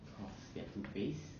because they're two faced